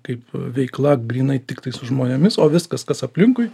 kaip veikla grynai tiktai su žmonėmis o viskas kas aplinkui